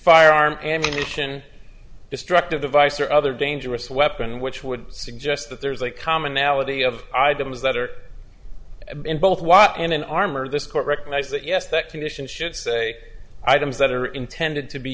firearm ammunition destructive device or other dangerous weapon which would suggest that there's a commonality of items that are in both wot and in armor this court recognized that yes that commission should say items that are intended to be